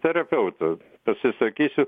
terapeutu pasisakysiu